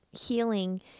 healing